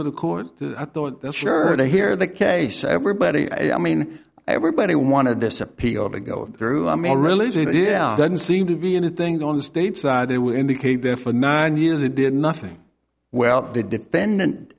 of the court i thought this shirt i hear the case everybody i mean everybody wanted this appeal to go through i mean religion is yeah doesn't seem to be anything on the state side it would indicate there for nine years it did nothing well the defendant